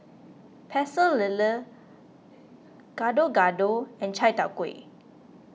Pecel Lele Gado Gado and Chai Tow Kuay